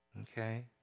Okay